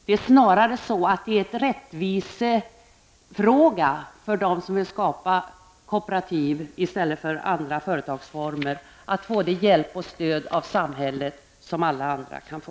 Det är snarast en rättvisefråga för dem som vill starta kooperativ i stället för andra företagsformer att få den hjälp och det stöd av samhället som alla andra kan få.